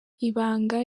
ibanga